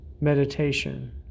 Meditation